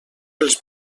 els